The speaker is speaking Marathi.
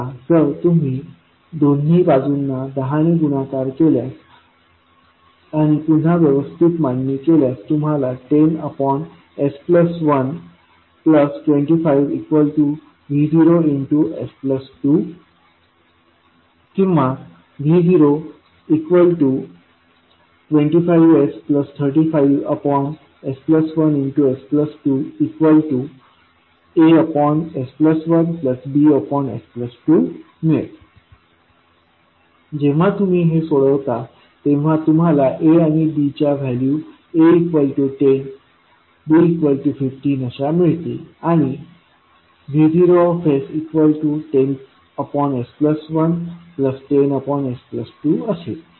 आता जर तुम्ही दोन्ही बाजूला 10 ने गुणाकार केल्यास आणि पुन्हा व्यवस्थित मांडणी केल्यास तुम्हाला 10s125V0s2 किंवा V025s35s1s2As1Bs2 मिळेल जेव्हा तुम्ही हे सोडवता तेव्हा तुम्हाला A आणि B च्या व्हॅल्यू A 10 B 15 अशा मिळतील आणि V0s10s115s2 असेल